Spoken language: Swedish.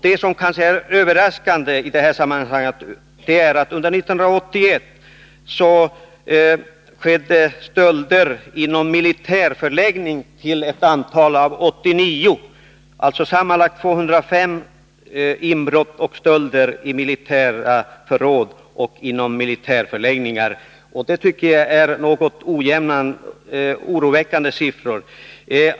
Det som kanske är överraskande i sammanhanget är att det under 1981 skedde stölder inom militära förläggningar till ett antal av 89, alltså sammanlagt 205 inbrott och stölder i militära förråd och förläggningar. Det tycker jag är oroväckande siffror.